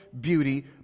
beauty